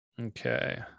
Okay